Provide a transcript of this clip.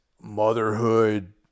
motherhood